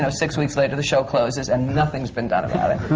so six weeks later the show closes and nothing's been done about it.